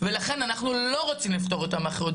ולכן אנחנו לא רוצים לפתור אותם מאחריות.